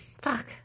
fuck